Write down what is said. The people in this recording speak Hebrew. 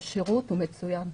בשירות הוא מצוין.